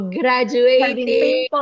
graduating